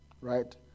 Right